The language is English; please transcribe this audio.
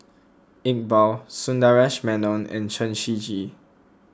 Iqbal Sundaresh Menon and Chen Shiji